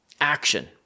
action